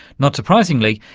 not surprisingly,